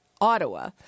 Ottawa